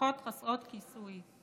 להבטחות חסרות כיסוי,